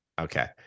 Okay